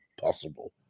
possible